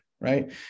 right